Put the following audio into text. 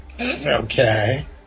Okay